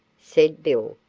said bill,